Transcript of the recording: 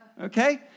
okay